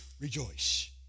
rejoice